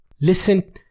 Listen